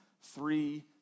three